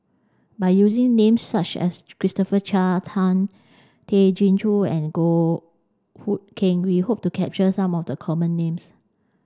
by using names such as Christopher Chia Tan Tay Chin Joo and Goh Hood Keng we hope to capture some of the common names